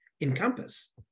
encompass